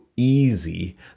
easy